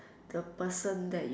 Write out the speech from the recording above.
the person that